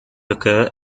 occur